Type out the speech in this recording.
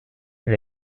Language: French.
elle